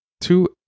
Two